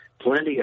plenty